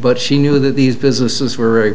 but she knew that these businesses were